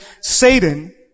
Satan